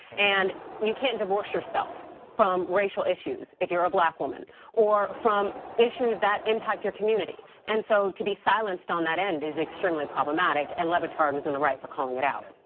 and you can't divorce yourself from racial issues if you're a black woman or from issues that impact your community. and so to be silenced on that end is extremely problematic, and le batard was on the right for calling it out.